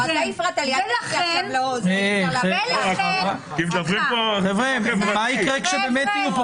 אנחנו לא ------ מדברים פה חברתית.